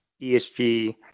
ESG